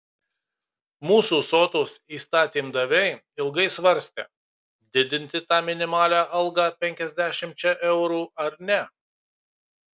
mūsų sotūs įstatymdaviai ilgai svarstė didinti tą minimalią algą penkiasdešimčia eurų ar ne